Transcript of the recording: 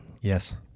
Yes